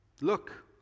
Look